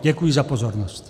Děkuji za pozornost.